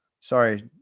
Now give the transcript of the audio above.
sorry